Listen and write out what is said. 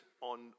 on